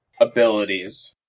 abilities